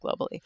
globally